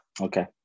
Okay